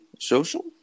social